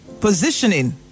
positioning